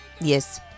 Yes